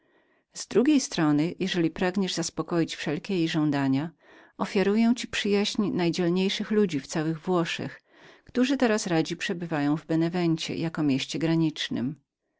z drugiej strony jeżeli pragniesz zaspokoić wszelkie jej żądania ofiaruję ci przyjaźń najdzielniejszych ludzi w całych włoszech którzy na teraz radzi przebywają w benewencie jako w mieście granicznem